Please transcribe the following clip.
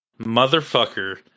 motherfucker